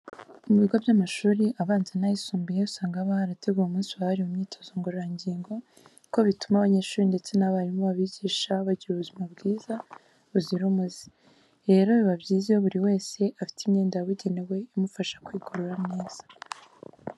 Mu bigo by'amashuri abanza n'ayisumbuye usanga haba harateguwe umunsi wahariwe imyitozo ngororangingo kuko bituma abanyeshuri ndetse n'abarimu babigisha bagira ubuzima bwiza buzira umuze. Rero biba byiza iyo buri wese afite imyenda yabugenewe imufasha kwigorora neza.